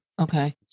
Okay